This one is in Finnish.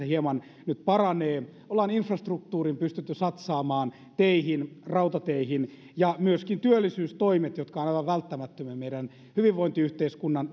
hieman nyt paranee infrastruktuuriin on pystytty satsaamaan teihin rautateihin myöskin työllisyystoimet jotka ovat aivan välttämättömiä meidän hyvinvointiyhteiskunnan